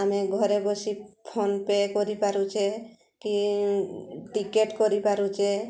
ଆମେ ଘରେ ବସି ଫୋନ୍ପେ କରିପାରୁଛେ କି ଟିକେଟ୍ କରିପାରୁଛେ